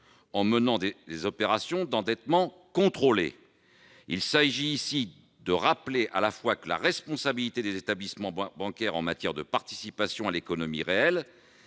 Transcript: de mener des opérations d'endettement contrôlé. Il s'agit ici de rappeler la responsabilité des établissements bancaires en matière de participation à l'économie réelle,